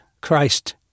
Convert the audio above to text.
Christ